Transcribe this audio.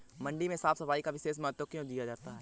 मंडी में साफ सफाई का विशेष महत्व क्यो दिया जाता है?